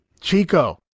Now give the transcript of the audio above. Chico